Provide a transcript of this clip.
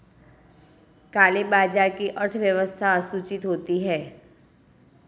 काले बाजार की अर्थव्यवस्था असूचित होती है